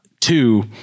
two